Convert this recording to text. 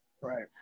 Right